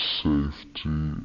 safety